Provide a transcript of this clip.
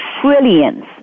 trillions